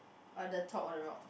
uh the top or the rock